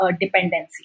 dependency